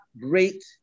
great